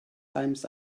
times